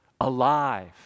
alive